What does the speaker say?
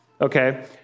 Okay